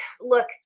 look